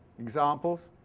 examples,